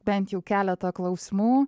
bent jau keletą klausimų